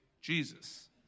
Jesus